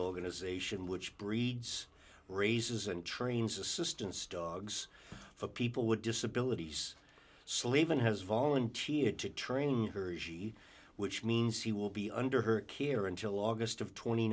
organization which breeds raises and trains assistance dogs for people with disabilities slaven has volunteered to train her as she which means he will be under her care until august of tw